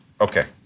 Okay